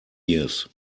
years